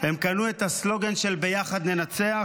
הם קנו את הסלוגן של "ביחד ננצח",